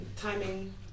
timing